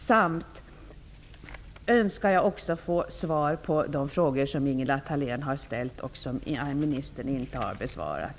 Jag önskar också få svar på de frågor som Ingela Thalén har ställt och som ministern inte har besvarat.